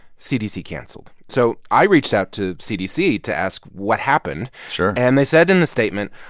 cdc canceled. so i reached out to cdc to ask what happened sure and they said in a statement,